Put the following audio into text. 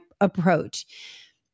approach